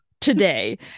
today